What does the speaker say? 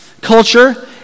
culture